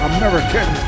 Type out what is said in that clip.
American